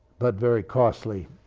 but very costly.